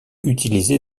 utilisée